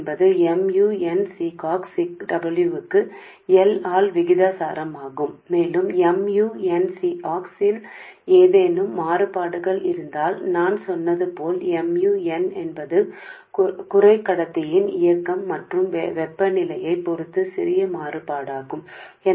ద్వారా mu n C ox W కు అనుపాతంలో ఉంటుంది మరియు mu n C ox లో ఏదైనా వైవిధ్యాలు నేను mu n సెమీకండక్టర్ యొక్క చలనశీలత అని చెప్పినట్లుగా మరియు ఉష్ణోగ్రతతో కొంచెం మారుతూ ఉంటుంది